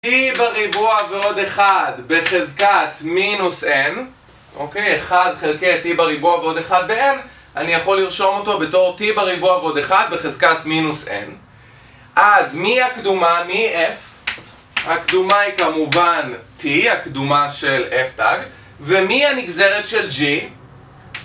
t בריבוע ועוד 1 בחזקת מינוס n אוקיי, 1 חלקי t בריבוע ועוד 1 בn אני יכול לרשום אותו בתור t בריבוע ועוד 1 בחזקת מינוס n אז מי הקדומה? מי f? הקדומה היא כמובן t, הקדומה של f' ומי הנגזרת של g?